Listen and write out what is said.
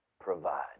provide